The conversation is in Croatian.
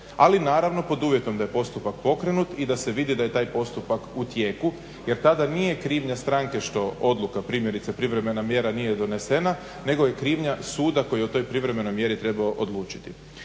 Ali naravno pod uvjetom da je postupak pokrenut i da se vidi da je taj postupak u tijeku, jer tada nije krivnja stranke što odluka primjerice privremena mjera nije donesena nego je krivnja suda koji je o toj privremenoj mjeri trebao odlučiti.